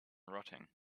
rotting